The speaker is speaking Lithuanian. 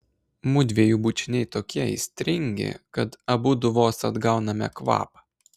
mudviejų bučiniai tokie aistringi kad abudu vos atgauname kvapą